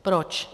Proč?